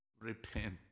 Repent